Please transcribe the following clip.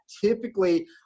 typically